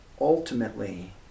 ultimately